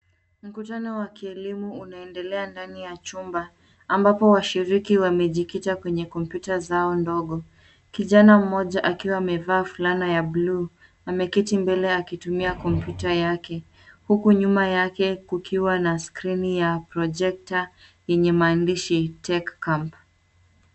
Mkutano wa kielimu unaendelea ndani ya chumba, ambapo washiriki wamejikita kwenye kompyuta zao ndogo. Kijana mmoja akiwa amevaa fulana ya blue , ameketi mbele akitumia kompyuta yake, huku nyuma yake kukiwa na skirini ya projector , yenye maandishi, Tech Camp.